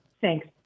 Thanks